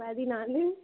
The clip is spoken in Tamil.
பதினாலு